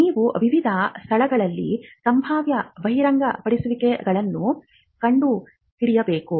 ನೀವು ವಿವಿಧ ಸ್ಥಳಗಳಲ್ಲಿ ಸಂಭಾವ್ಯ ಬಹಿರಂಗಪಡಿಸುವಿಕೆಗಳನ್ನು ಕಂಡುಹಿಡಿಯಬೇಕು